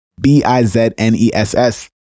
b-i-z-n-e-s-s